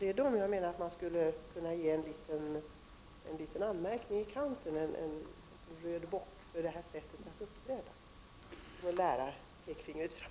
Det är här jag menar att man skulle kunna ge en liten anmärkning i kanten, en röd bock, för det här sättet att uppträda.